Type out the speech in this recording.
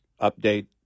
update